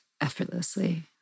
effortlessly